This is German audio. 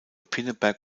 pinneberg